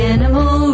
Animal